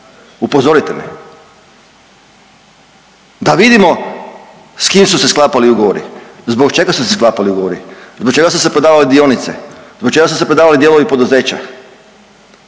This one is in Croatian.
Upozorite me, da vidimo s kim su se sklapali ugovori, zbog čega su se sklapali ugovori, zbog čega su se prodavale dionice, zbog čega su se prodavali dijelovi poduzeća?